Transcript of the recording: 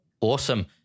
Awesome